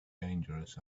dangerous